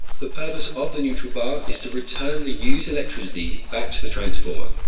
the purpose of the neutral bar is to return the used electricity back to the transformer.